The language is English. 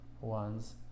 ones